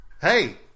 hey